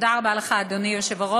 תודה רבה לך, אדוני היושב-ראש,